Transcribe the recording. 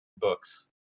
books